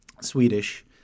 Swedish